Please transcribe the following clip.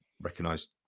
recognised